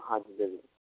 हाँ जी चलीए